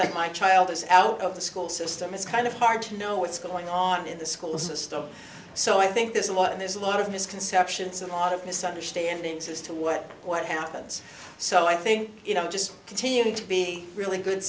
that my child is out of the school system it's kind of hard to know what's going on in the school system so i think there's a lot of there's a lot of misconceptions a lot of misunderstandings as to what what happens so i think you know just continuing to be really good